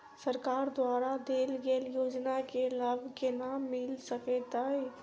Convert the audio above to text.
सरकार द्वारा देल गेल योजना केँ लाभ केना मिल सकेंत अई?